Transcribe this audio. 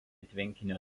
tvenkinio